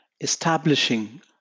Establishing